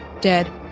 dead